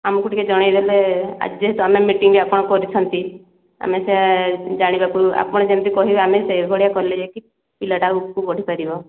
ଆମକୁ ଟିକିଏ ଜଣାଇ ଦେଲେ ଆଜି ଯେହେତୁ ଆମେ ମିଟିଙ୍ଗ୍ ଆପଣ କରିଛନ୍ତି ଆମେ ସେ ଜାଣିବାକୁ ଆପଣ ଯେମିତି କହିବେ ଆମେ ସେଇ ଭଳିଆ କଲେ ଯାଇକି ପିଲାଟା ଆଗକୁ ବଢ଼ିପାରିବ